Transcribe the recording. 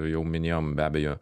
jau minėjom be abejo